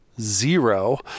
zero